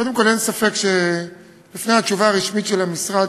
קודם כול אין ספק שלפני התשובה הרשמית של המשרד,